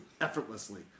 effortlessly